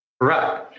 Right